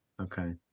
okay